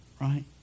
right